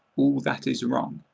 all that is wrong.